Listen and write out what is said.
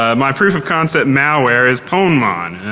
um my proof of concept malware is pwnmon.